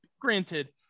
granted